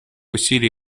усилий